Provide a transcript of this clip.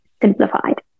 simplified